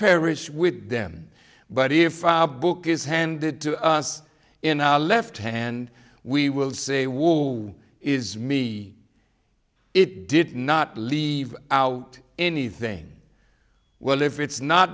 perish with them but if our book is handed to us in our left hand we will say war is me it did not leave out anything well if it's not